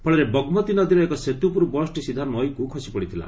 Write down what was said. ଫଳରେ ବଗ୍ମତୀ ନଦୀର ଏକ ସେତୁ ଉପରୁ ବସ୍ଟି ସିଧା ନଈକୁ ଖସିପଡ଼ିଥିଲା